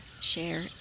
share